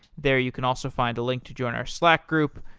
there you can also find a link to join our slack group,